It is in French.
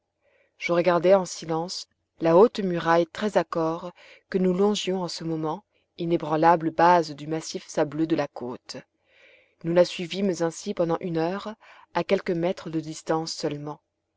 je regardais en silence la haute muraille très accore que nous longions en ce moment inébranlable base du massif sableux de la côte nous la suivîmes ainsi pendant une heure à quelques mètres de distance seulement